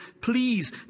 Please